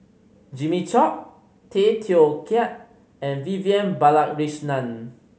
Jimmy Chok Tay Teow Kiat and Vivian Balakrishnan